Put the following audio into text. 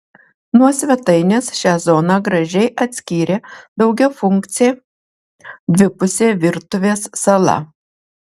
nuo svetainės šią zoną gražiai atskyrė daugiafunkcė dvipusė virtuvės sala